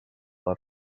per